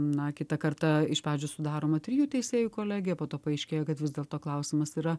na kitą kartą iš pradžių sudaroma trijų teisėjų kolegija po to paaiškėja kad vis dėlto klausimas yra